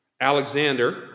Alexander